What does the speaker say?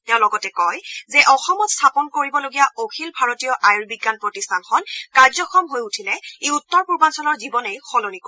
তেওঁ লগতে কয় যে অসমত স্থাপন কৰিবলগীয়া অখিল ভাৰতীয় আয়ুৰ্বিজ্ঞান প্ৰতিষ্ঠানখন কাৰ্যক্ষম হৈ উঠিলে ই উত্তৰপূৰ্বাঞ্চলৰ জীৱনেই সলনি কৰিব